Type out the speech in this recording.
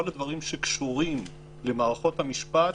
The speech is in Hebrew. כל הדברים שקשורים למערכת המשפט,